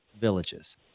villages